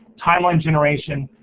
timeline generation,